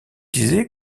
disais